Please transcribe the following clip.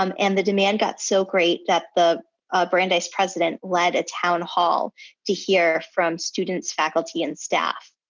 um and the demand got so great that the brandeis president led a town hall to hear from students, faculty, and staff.